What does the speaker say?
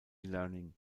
learning